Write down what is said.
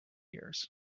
years